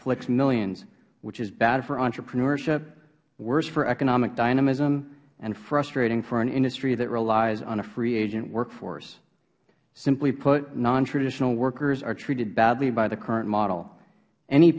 afflicts millions which is bad for entrepreneurship worse for economic dynamism and frustrating for an industry that relies on a free agent work force simply put non traditional workers are treated badly by the current model any